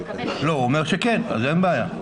הוא אומר שכן, אז אין בעיה.